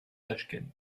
tachkent